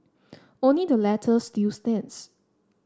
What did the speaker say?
only the latter still stands